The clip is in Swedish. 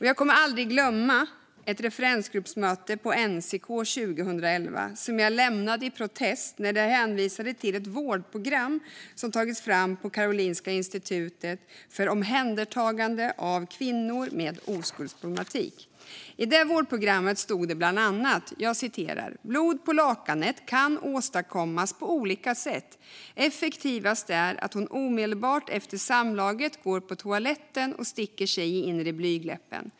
Jag kommer aldrig att glömma ett referensgruppsmöte på NCK år 2011, som jag lämnade i protest när det hänvisades till ett vårdprogram som tagits fram på Karolinska Institutet för omhändertagande av kvinnor med oskuldsproblematik. I det vårdprogrammet stod bland annat: "Blod på lakanet kan åstadkommas på olika sätt. Effektivast är att hon omedelbart efter samlaget går på toaletten och sticker sig i inre blygdläppen.